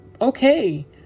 okay